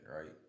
right